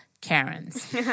Karens